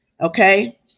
Okay